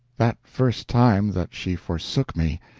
that first time that she forsook me!